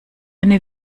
eine